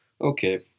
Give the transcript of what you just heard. Okay